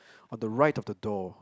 on the right of the door